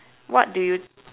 what do you